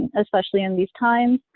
especially in these times,